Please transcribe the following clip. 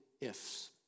ifs